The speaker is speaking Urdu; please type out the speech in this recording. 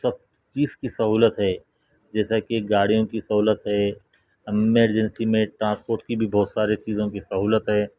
سب چیز کی سہولت ہے جیسا کہ گاڑیوں کی سہولت ہے ایمرجنسی میں ٹرانسپورٹ کی بھی بہت سارے چیزوں کی سہولت ہے